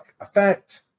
effect